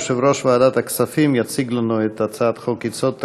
יושב-ראש ועדת הכספים יציג לנו את הצעת חוק-יסוד: